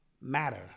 matter